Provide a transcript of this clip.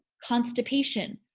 constipation,